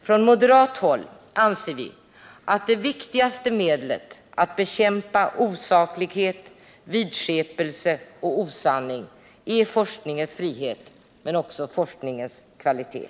På moderat håll anser vi att det viktigaste medlet att bekämpa osaklighet, vidskepelse och osanning är forskningens frihet men också forskningens kvalitet.